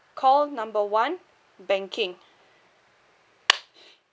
call number one banking